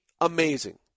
amazing